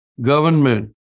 government